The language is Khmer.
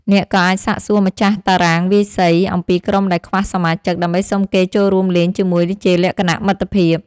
អ្នកក៏អាចសាកសួរម្ចាស់តារាងវាយសីអំពីក្រុមដែលខ្វះសមាជិក ដើម្បីសុំគេចូលរួមលេងជាមួយជាលក្ខណៈមិត្តភាព។